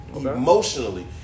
Emotionally